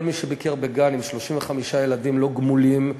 כל מי שביקר בגן עם 35 ילדים לא גמולים,